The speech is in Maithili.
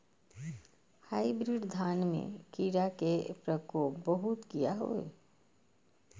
हाईब्रीड धान में कीरा के प्रकोप बहुत किया होया?